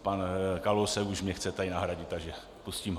Pan Kalousek už mě chce tady nahradit, takže pustím ho.